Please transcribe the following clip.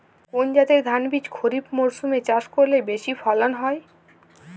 কোন জাতের ধানবীজ খরিপ মরসুম এ চাষ করলে বেশি ফলন হয়?